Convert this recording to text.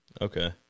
okay